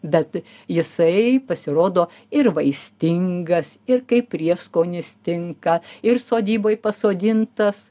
bet jisai pasirodo ir vaistingas ir kaip prieskonis tinka ir sodyboj pasodintas